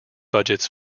budgets